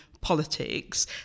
Politics